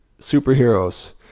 superheroes